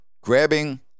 grabbing